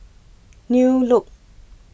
New Look